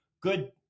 good